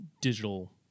digital